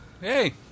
Hey